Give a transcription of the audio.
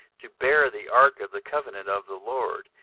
to bear the ark of the covenant of the lord,